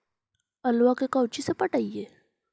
आलुआ के कोचि से पटाइए?